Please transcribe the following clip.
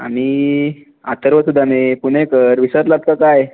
आम्ही अथर्व सुदामे पुणेकर विसरलात का काय